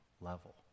level